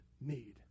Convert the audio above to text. need